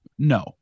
No